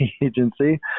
agency